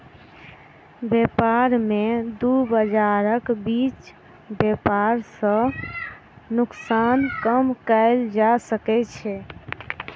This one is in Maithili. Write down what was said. व्यापार में दू बजारक बीच व्यापार सॅ नोकसान कम कएल जा सकै छै